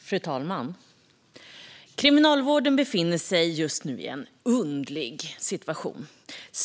Fru talman! Kriminalvården befinner sig just nu i en underlig situation.